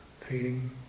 feeling